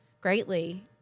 greatly